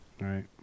right